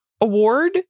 award